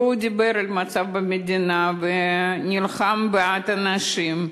והוא דיבר על המצב במדינה, ונלחם בעד אנשים.